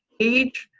age,